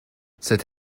cette